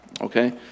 Okay